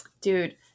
dude